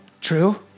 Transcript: True